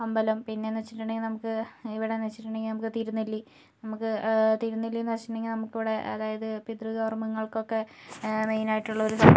അമ്പലം പിന്നെയെന്ന് വെച്ചിട്ടുണ്ടെങ്കിൽ നമുക്ക് ഇവിടെയെന്ന് വെച്ചിട്ടുണ്ടെങ്കിൽ നമുക്ക് തിരുനെല്ലി നമുക്ക് തിരുനെല്ലി എന്ന് വെച്ചിട്ടുണ്ടെങ്കിൽ നമുക്ക് ഇവിടെ അതായത് പിതൃകർമങ്ങൾക്കൊക്കെ മെയിൻ ആയിട്ടുള്ള ഒരു